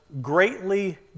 greatly